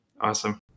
awesome